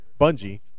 Bungie